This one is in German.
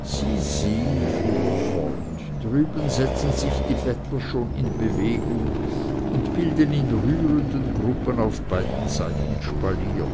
sieh sieh fuhr er fort drüben setzen sich die bettler schon in bewegung und bilden in rührenden gruppen auf beiden seiten spalier